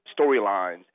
storylines